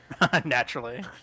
naturally